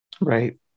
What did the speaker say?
Right